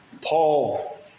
Paul